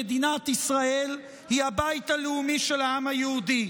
והחוקתי שמדינת ישראל היא הבית הלאומי של העם היהודי,